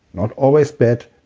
not always bad,